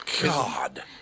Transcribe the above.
God